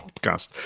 podcast